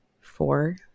Four